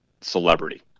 celebrity